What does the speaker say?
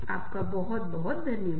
आपका बहुत धन्यवाद